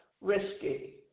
risky